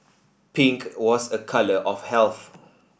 pink was a colour of health